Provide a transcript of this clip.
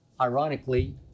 ironically